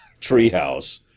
treehouse